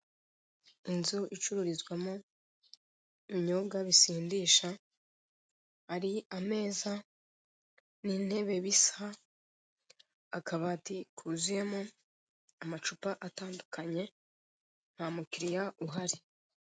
Inzu icururizwamo ibinyobwa bisindisha, ari ameza n'intebe bisa, akabati kuzuyemo amacupa atandukanye, nta mukiriya uhari.